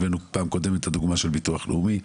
בפעם הקודמת הבאנו את הדוגמה של ביטוח לאומי,